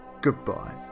Goodbye